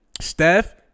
Steph